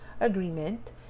agreement